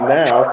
now